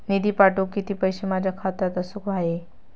निधी पाठवुक किती पैशे माझ्या खात्यात असुक व्हाये?